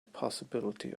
possibility